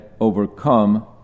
overcome